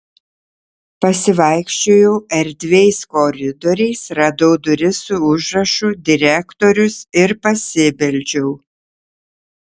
pasivaikščiojau erdviais koridoriais radau duris su užrašu direktorius ir pasibeldžiau